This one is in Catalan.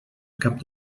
cap